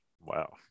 Wow